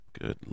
Good